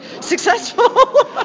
successful